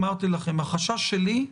אמרתי לכם, החשש שלי,